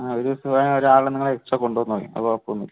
ആ ഒരുദിവസം വേണേൽ ഒരാളെ നിങ്ങള് എക്സ്ട്രാ കൊണ്ടന്നോയ് അത് കുഴപ്പമൊന്നുമില്ല